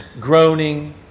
groaning